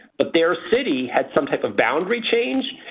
but their city has some type of boundary change.